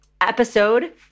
episode